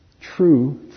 true